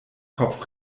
kopf